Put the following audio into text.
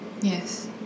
yes